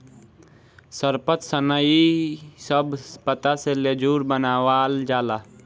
सरपत, सनई इ सब पत्ता से लेजुर बनावाल जाला